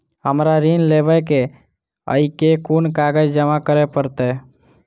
हमरा ऋण लेबै केँ अई केँ कुन कागज जमा करे पड़तै?